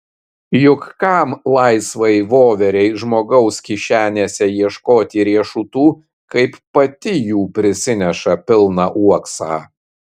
juk kam laisvai voverei žmogaus kišenėse ieškoti riešutų kaip pati jų prisineša pilną uoksą